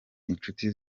inshuti